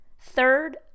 Third